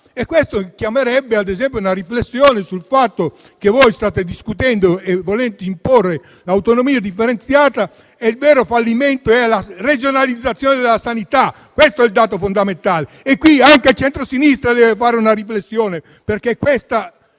Ciò chiamerebbe ad una riflessione sul fatto che voi state discutendo e volete imporre l'autonomia differenziata, quando il vero fallimento è la regionalizzazione della sanità, questo è il dato fondamentale. Al riguardo anche il centrosinistra deve fare una riflessione, perché questa